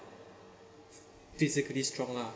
physically strong lah